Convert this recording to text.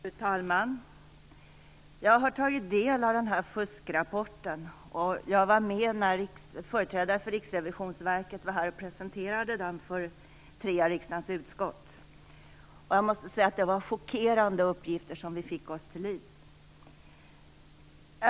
Fru talman! Jag har tagit del av den här rapporten om fusket, och jag var med när företrädare för Riksrevisionsverket var här och presenterade den för tre av riksdagens utskott. Jag måste säga att det var chockerande uppgifter vi fick oss till livs.